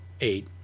Eight